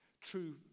True